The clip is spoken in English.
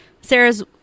Sarah's